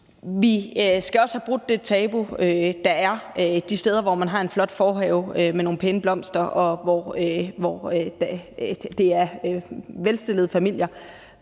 vi skal også have brudt det tabu, der er de steder, hvor man har en flot forhave med nogle pæne blomster, og hvor det er velstillede familier.